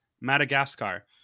Madagascar